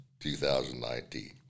2019